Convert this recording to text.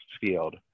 field